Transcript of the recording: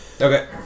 Okay